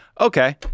Okay